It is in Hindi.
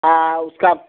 हाँ उसका